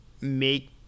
make